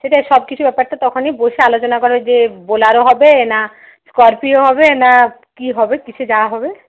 সেটাই সবকিছু ব্যাপারটা তখনই বসে আলোচনা করা যে বোলেরো হবে না স্করপিও হবে না কি হবে কিসে যাওয়া হবে